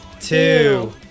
two